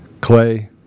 Clay